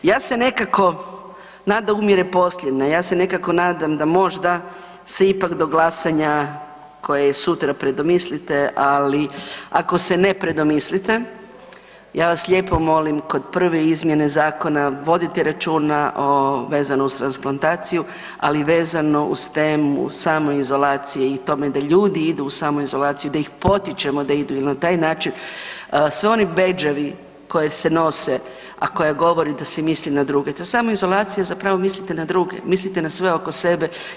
Ja se nekako, nada umire posljednja, ja se nekako nadam da možda se ipak do glasanja koje je sutra predomislite, ali ako se ne predomislite ja vas lijepo molim kod prve izmjene zakona vodite računa vezano uz transplantaciju, ali vezano uz temu samoizolacije i tome da ljudi idu u samoizolaciju i da ih potičemo da idu jel na taj način sve oni bedževi koje se nose, a koje govore da se misli na druge, ta samoizolacija zapravo mislite na druge, mislite na sve oko sebe.